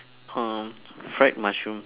uh fried mushrooms